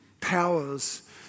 powers